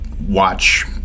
watch